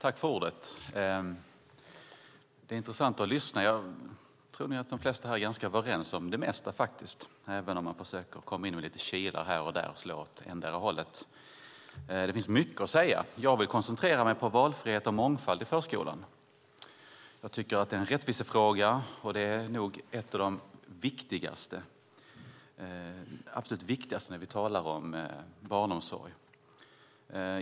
Herr talman! Det är intressant att lyssna här. Jag tror att de flesta här är överens om det mesta, även om man försöker slå in lite kilar här och där och slå åt endera hållet. Det finns mycket att säga i sammanhanget. Jag vill koncentrera mig på valfrihet och mångfald i förskolan. Jag tycker att det är en rättvisefråga och nog något av det absolut viktigaste när vi talar om barnomsorg.